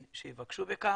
בבקשה.